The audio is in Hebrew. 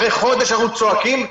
אחרי חודש שאנחנו צועקים,